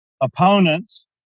opponents